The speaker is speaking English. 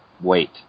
wait